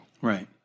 Right